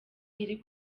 iri